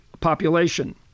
population